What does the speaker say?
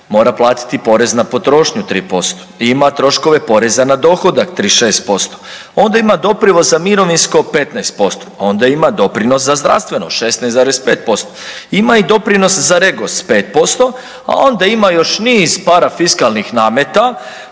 Mora platiti porez na potrošnju 3% i ima troškove poreza na dohodak 36%. Onda ima doprinos za mirovinsko 15%, onda ima doprinos za zdravstveno 16,5%, ima i doprinos za REGOS 5%, a onda ima još niz parafiskalnih nameta